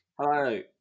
Hello